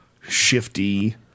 shifty